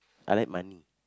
I like money